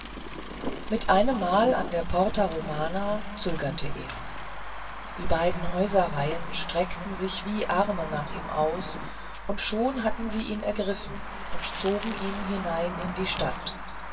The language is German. mit einemmal an der porta romana zögerte er die beiden häuserreihen streckten sich wie arme nach ihm aus und schon hatten sie ihn ergriffen und zogen ihn hinein in die stadt